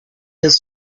his